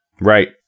Right